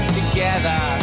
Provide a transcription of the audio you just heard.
together